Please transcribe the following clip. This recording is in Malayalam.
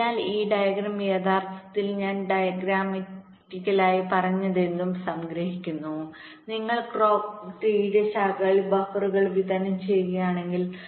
അതിനാൽ ഈ ഡയഗ്രം യഥാർത്ഥത്തിൽ ഞാൻ ഡയഗ്രമാറ്റിക്കലായി പറഞ്ഞതെന്തും സംഗ്രഹിക്കുന്നു നിങ്ങൾ ക്ലോക്ക് ട്രീയുടെശാഖകളിൽ ബഫറുകൾ വിതരണം ചെയ്യുകയാണെങ്കിൽ